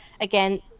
again